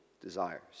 desires